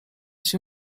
się